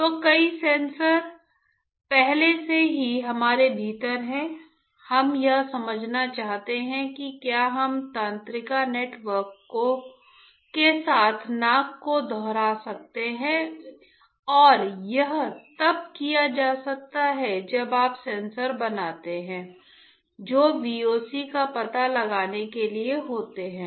तो कई सेंसर पहले से ही हमारे भीतर हैं हम यह समझना चाहते हैं कि क्या हम तंत्रिका नेटवर्क के साथ नाक को दोहरा सकते हैं और यह तब किया जा सकता है जब आप सेंसर बनाते हैं जो VOC का पता लगाने के लिए होते हैं